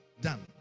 done